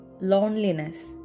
loneliness